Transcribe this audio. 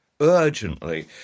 urgently